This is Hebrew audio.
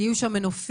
יהיו שם מנופים?